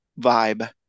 vibe